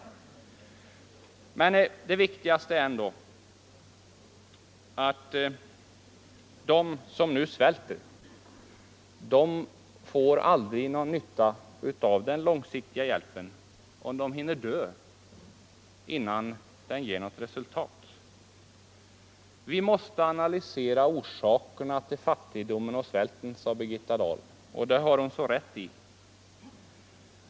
rr gort Men det viktigaste är ändå att de som nu svälter aldrig får någon = Ytterligare insatser nytta av den långsiktiga hjälpen om de hinner dö innan den ger något för svältdrabbade resultat. länder Vi måste analysera orsakerna till fattigdomen och svälten, sade Birgitta Dahl, och det har hon så rätt i.